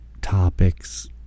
topics